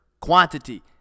quantity